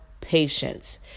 patience